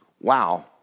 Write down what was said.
wow